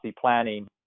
planning